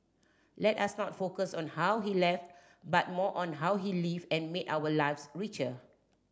let us not focus on how he left but more on how he lived and made our lives richer